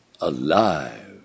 alive